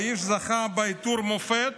האיש זכה בעיטור המופת